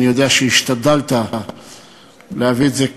אני יודע שהשתדלת להביא את זה לוועדה,